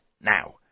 now